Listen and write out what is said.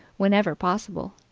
whenever possible.